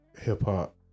hip-hop